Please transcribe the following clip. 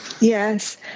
Yes